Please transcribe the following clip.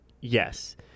yes